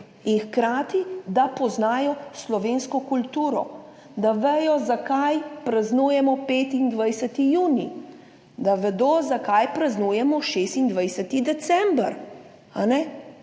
da hkrati poznajo slovensko kulturo, da vejo, zakaj praznujemo 25. junij, da vedo, zakaj praznujemo 26. december.